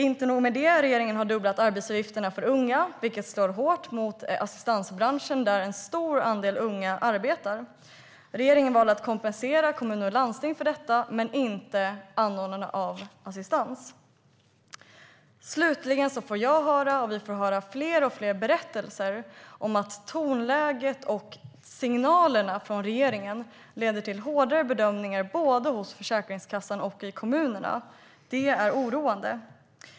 Inte nog med det, utan regeringen har också dubblat arbetsgivaravgifterna för unga, vilket slår hårt mot assistansbranschen där en stor andel unga arbetar. Regeringen valde att kompensera kommuner och landsting för detta men inte anordnarna av assistans. Slutligen får vi höra fler och fler berättelser om att tonläget och signalerna från regeringen leder till hårdare bedömningar både hos Försäkringskassan och i kommunerna. Det är oroande.